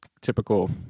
typical